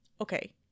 Okay